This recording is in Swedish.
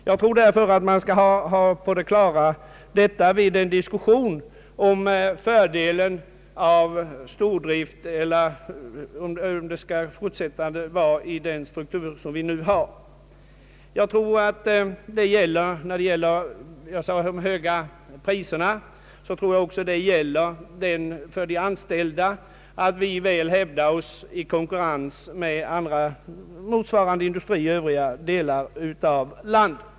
Jag tror att man skall ha detta klart för sig i diskussionen om eventuella fördelar med stordrift eller om vi skall be hålla den nuvarande strukturen. Jag tror också att dessa industrier i södra Sverige i prishänseende väl hävdar sig i konkurrensen med motsvarande industrier i övriga delar av landet.